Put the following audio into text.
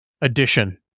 addition